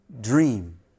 dream